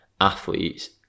athletes